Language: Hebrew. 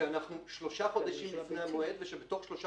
שאנחנו שלושה חודשים לפני המועד ושבתוך שלושה